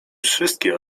wszystkie